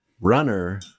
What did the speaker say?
Runner